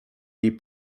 jej